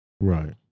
Right